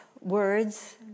words